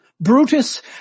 Brutus